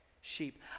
sheep